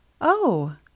Oh